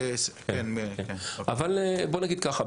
אבל בואו נגיד ככה,